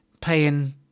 paying